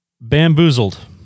Bamboozled